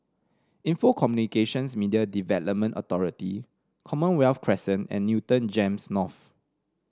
Info Communications Media Development Authority Commonwealth Crescent and Newton Gems North